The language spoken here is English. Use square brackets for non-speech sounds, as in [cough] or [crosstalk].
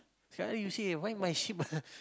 sekali you say why my ship [laughs]